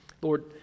Lord